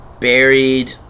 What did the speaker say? buried